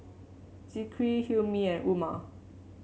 Zikri Hilmi and Umar